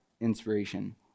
inspiration